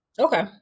Okay